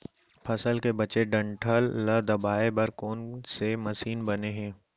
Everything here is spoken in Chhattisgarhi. फसल के बचे डंठल ल दबाये बर कोन से मशीन बने हे?